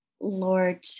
lord